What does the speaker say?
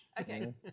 Okay